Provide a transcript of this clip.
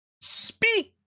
Speak